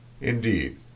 Indeed